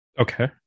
Okay